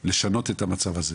כדי לשנות את המצב הזה.